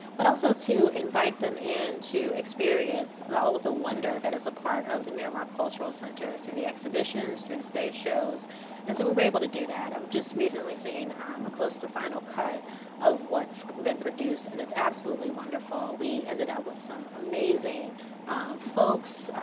but also to invite them and to experience and all of the wonder that is a part of the miramar cultural center, through the exhibitions, through the stage shows and so we were able to do that. i've just recently seen um a close to final cut of what's been produced and it's absolutely wonderful. we ended up with some amazing folks.